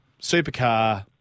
supercar